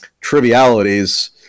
trivialities